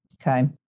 Okay